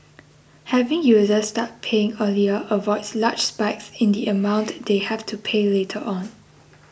having users start paying earlier avoids large spikes in the amount they have to pay later on